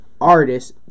artists